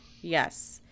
Yes